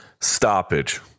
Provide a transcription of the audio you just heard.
stoppage